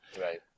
right